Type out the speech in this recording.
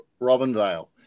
Robinvale